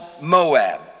Moab